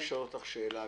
אני רוצה לשאול אותך שאלה,